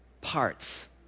parts